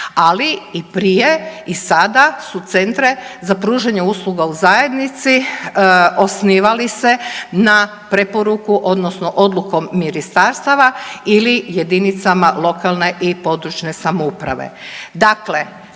ali i prije i sada su centre za pružanje usluga u zajednici osnivali se na preporuku odnosno odlukom ministarstava ili jedinicama lokalne i područne samouprave.